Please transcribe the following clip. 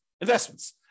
investments